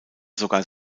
sogar